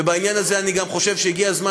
ובעניין הזה אני גם חושב שהגיע הזמן